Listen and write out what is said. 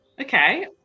Okay